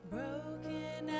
Broken